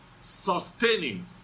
sustaining